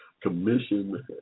commission